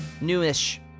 newish